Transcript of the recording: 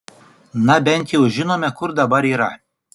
na bent jau žinome kur dabar yra